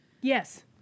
Yes